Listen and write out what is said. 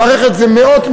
המערכת זה מאות,